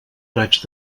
raig